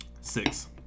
Six